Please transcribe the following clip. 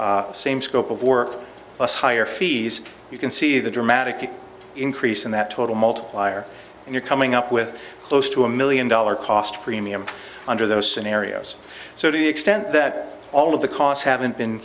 same scope of work plus higher fees you can see the dramatic increase in that total multiplier and you're coming up with close to a million dollar cost premium under those scenarios so to the extent that all of the costs haven't been